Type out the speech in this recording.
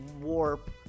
warp